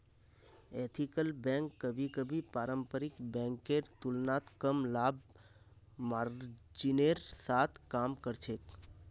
ethical bank कभी कभी पारंपरिक बैंकेर तुलनात कम लाभ मार्जिनेर साथ काम कर छेक